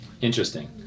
Interesting